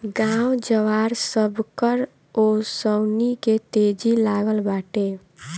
गाँव जवार, सबकर ओंसउनी के तेजी लागल बाटे